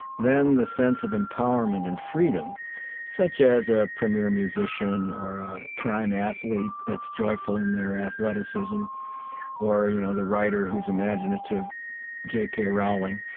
then the sense of empowerment and freedom such as a premier musician or a prime athlete that's joyful in their athleticism or, you know, the writer who's imaginative j. k. rowling,